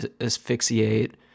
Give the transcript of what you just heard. asphyxiate